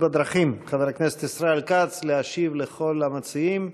בדרכים חבר הכנסת ישראל כץ להשיב לכל המציעים.